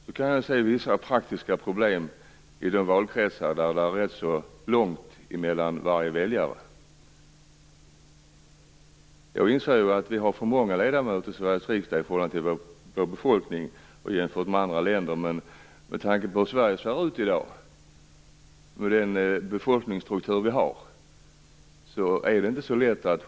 Då kan jag se vissa praktiska problem i de valkretsar där det är ganska långt mellan väljarna. Jag inser att vi har för många ledamöter i Sveriges riksdag i förhållande till vår befolkning och jämfört med andra länder. Men med tanke på hur Sverige ser ut i dag och på vår befolkningsstruktur är det inte så lätt.